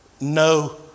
No